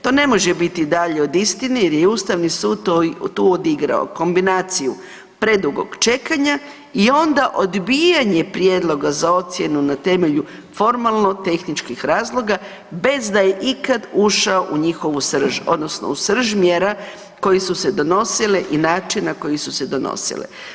To ne može biti dalje od istine jer Ustavni sud tu odigrao kombinaciju predugog čekanja i onda odbijanje prijedloga za ocjenu na temelju formalno-tehničkih razloga bez da je ikad ušao u njihovu srž odnosno u srž mjera koje su se donosile i način na koji su se donosile.